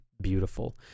beautiful